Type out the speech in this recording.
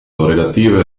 relative